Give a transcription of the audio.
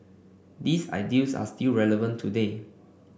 these ideals are still relevant today